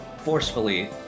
forcefully